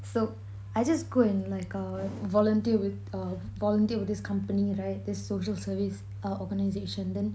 so I just go and like uh volunteer with uh volunteer with this company right the social service uh organisation then